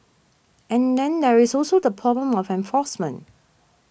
and then there is also the problem of enforcement